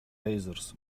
razors